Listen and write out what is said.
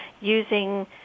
using